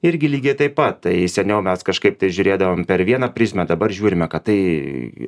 irgi lygiai taip pat tai seniau mes kažkaip tai žiūrėdavom per vieną prizmę dabar žiūrime kad tai